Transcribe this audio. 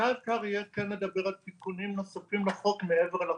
מתי אפשר יהיה לדבר על תיקונים נוספים לחוק מעבר לחירום?